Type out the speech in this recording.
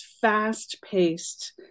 fast-paced